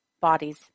bodies